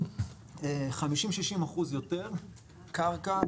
הוצאנו 50-60% יותר קרקע.